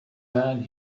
man